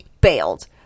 bailed